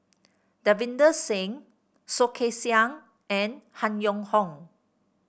Davinder Singh Soh Kay Siang and Han Yong Hong